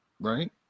right